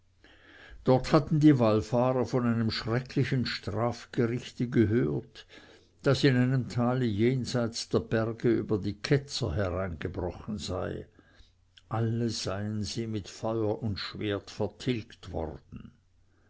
dort hatten die wallfahrer von einem schrecklichen strafgerichte gehört das in einem tale jenseits der berge über die ketzer hereingebrochen sei alle seien sie mit feuer und schwert vertilgt worden